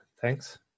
Thanks